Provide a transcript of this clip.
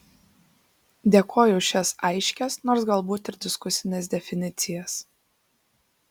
dėkoju už šias aiškias nors galbūt ir diskusines definicijas